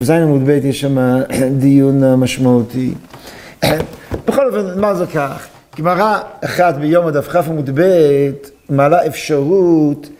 בזיין עד נ"ב יש שם דיון משמעותי. בכל אופן, מה זה כך? גמרא אחת ביום הדף כ הנ"ב, מעלה אפשרות,